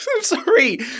Sorry